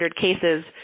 cases